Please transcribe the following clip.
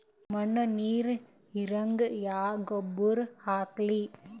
ಮಣ್ಣ ನೀರ ಹೀರಂಗ ಯಾ ಗೊಬ್ಬರ ಹಾಕ್ಲಿ?